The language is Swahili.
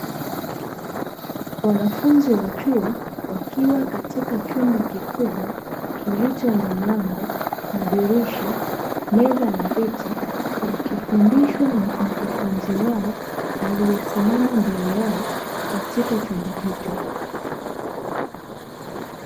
Wanafunzi wa chuo wakiwa katika chumba kikubwa kilicho na mlango, madirisha, meza na viti, wakifundishwa na mkufunzi wao aliyesimama mbele yao katika chumba hicho.